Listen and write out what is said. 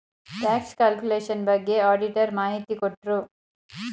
tax calculation ಬಗ್ಗೆ auditor ಮಾಹಿತಿ ಕೊಟ್ರು